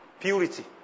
Purity